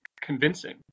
convincing